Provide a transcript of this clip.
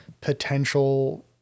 potential